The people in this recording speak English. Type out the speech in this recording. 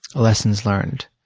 lessons learned?